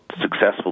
successful